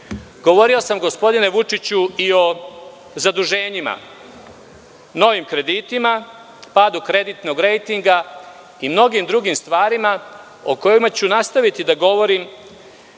sam gospodine Vučiću i o zaduženjima, novim kredita, padu kreditnog rejtinga i o mnogim drugim stvarima o kojima ću nastaviti da govorim